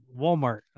walmart